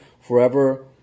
forever